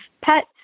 pet